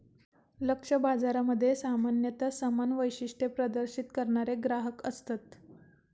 लक्ष्य बाजारामध्ये सामान्यता समान वैशिष्ट्ये प्रदर्शित करणारे ग्राहक असतत